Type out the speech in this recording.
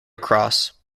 cross